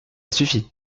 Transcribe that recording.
suffit